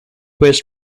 west